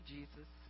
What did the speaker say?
Jesus